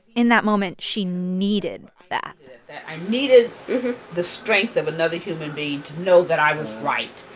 in that moment, she needed that i needed the strength of another human being to know that i was right.